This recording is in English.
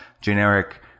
generic